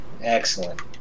Excellent